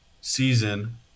season